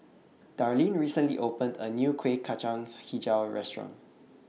Darleen recently opened A New Kueh Kacang Hijau Restaurant